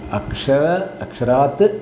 अक्षर अक्षरात्